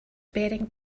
bearing